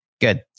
Good